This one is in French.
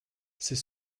c’est